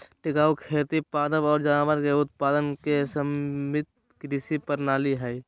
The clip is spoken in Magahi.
टिकाऊ खेती पादप और जानवर के उत्पादन के समन्वित कृषि प्रणाली हइ